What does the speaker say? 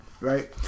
right